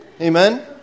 Amen